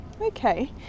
Okay